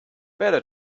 better